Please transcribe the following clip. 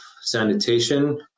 sanitation